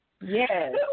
Yes